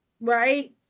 Right